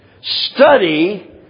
study